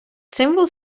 символ